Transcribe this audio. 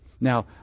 Now